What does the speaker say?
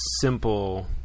simple